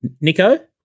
Nico